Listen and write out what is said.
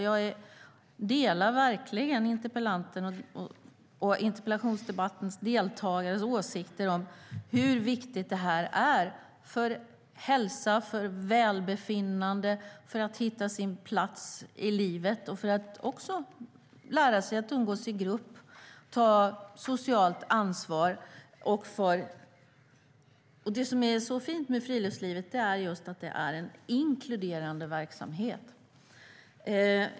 Jag delar verkligen interpellantens och debattdeltagarnas åsikter om hur viktigt det här är för hälsa, för välbefinnande, för att hitta sin plats i livet och för att också lära sig att umgås i grupp och ta socialt ansvar. Det som är så fint med friluftslivet är just att det är en inkluderande verksamhet.